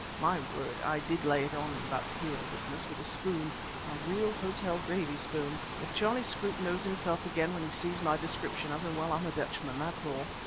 my word! i did lay it on about the hero business with a spoon, a real hotel gravy spoon. if charlie scroope knows himself again when he sees my description of him, well, i'm a dutchman, that's all.